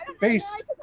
based